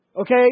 Okay